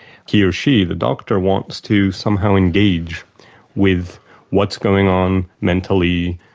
he or she the doctor wants to somehow engage with what's going on mentally,